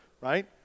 right